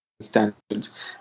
standards